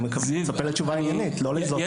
אני מצפה לתשובה עניינית, לא ל"זאת המדיניות".